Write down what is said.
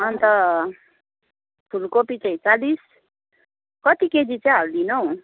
अन्त फुलकोपी चाहिँ चालिस कति केजी चाहिँ हालिदिनु हौ